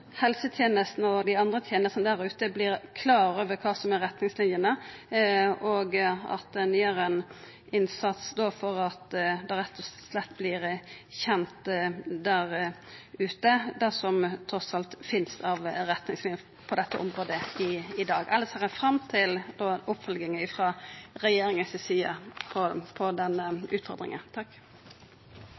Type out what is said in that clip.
og dei andre tenestene der ute vert klare over kva som er retningslinjene, og at ein gjer ein innsats for at det rett og slett vert kjent der ute, det som trass alt finst av retningslinjer på dette området i dag. Elles ser eg fram til oppfølginga frå regjeringa si side på denne utfordringa.